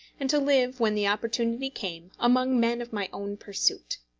and to live, when the opportunity came, among men of my own pursuit.